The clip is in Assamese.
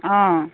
অঁ